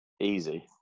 Easy